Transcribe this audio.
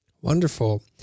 Wonderful